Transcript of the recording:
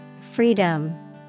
Freedom